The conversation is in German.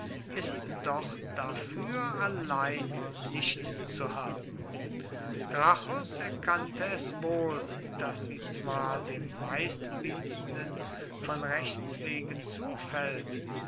ist doch dafür allein nicht zu haben gracchus erkannte es wohl daß sie zwar dem meistbietenden von rechts wegen zufällt